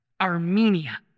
Armenia